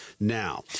now